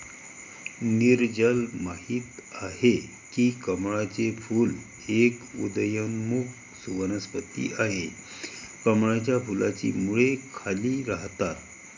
नीरजल माहित आहे की कमळाचे फूल एक उदयोन्मुख वनस्पती आहे, कमळाच्या फुलाची मुळे खाली राहतात